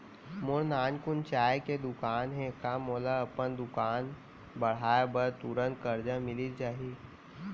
मोर नानकुन चाय के दुकान हे का मोला अपन दुकान बढ़ाये बर तुरंत करजा मिलिस जाही?